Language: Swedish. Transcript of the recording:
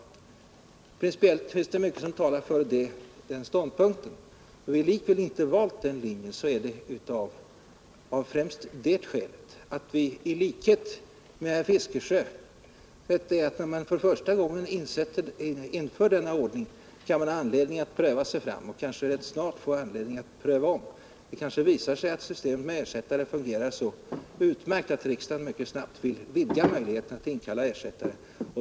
Principiellt finns det mycket som talar för denna ståndpunkt. Att vi likväl inte valt den metoden beror främst på att vi i likhet med herr Fiskesjö har ansett, att när man första gången inför en ordning med ersättare i riksdagen har man anledning att pröva sig fram. Kanske får man rätt snart orsak att ändra den ordningen. Måhända visar det sig att systemet med ersättare fungerar så utmärkt att riksdagen mycket snabbt vill vidga möjligheten att inkalla ersättare.